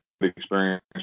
experience